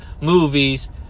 movies